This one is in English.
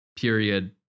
period